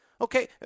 Okay